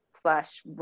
slash